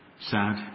sad